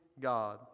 God